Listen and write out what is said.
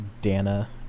Dana